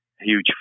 huge